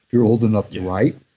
you're old enough to write,